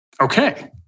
okay